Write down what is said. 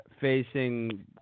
facing